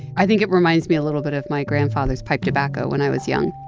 i think it reminds me a little bit of my grandfather's pipe tobacco when i was young